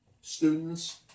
students